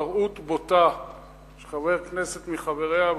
התפרעות בוטה של חבר כנסת מחבריה,